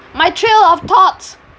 my trail of thoughts